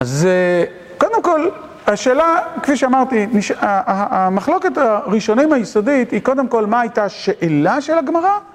אז קודם כל, השאלה, כפי שאמרתי, המחלוקת הראשונים היסודית היא קודם כל מה הייתה השאלה של הגמרא?